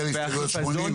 על הסתייגויות 80 ו-81.